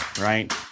right